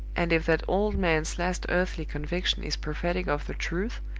and if that old man's last earthly conviction is prophetic of the truth,